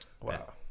wow